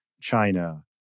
china